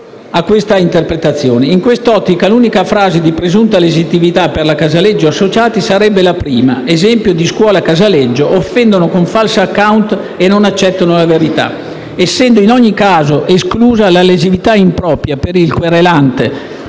In quest'ottica, l'unica frase di presunta lesività per la Casaleggio Associati Srl sarebbe la prima: «Esempio di scuola @casaleggio, offendono con falso *account* e non accettano la verità:», essendo in ogni caso esclusa la lesività "in proprio" per il querelante